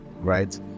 right